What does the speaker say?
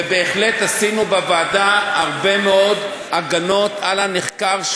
ובהחלט עשינו בוועדה הרבה מאוד הגנות על הנחקר,